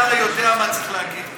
אתה הרי יודע מה צריך להגיד פה.